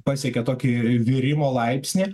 pasiekė tokį virimo laipsnį